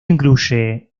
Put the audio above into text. incluye